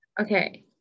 Okay